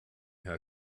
her